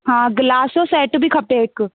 हा गिलास जो सेट बि खपे हिकु